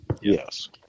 Yes